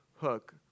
hook